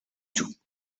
tout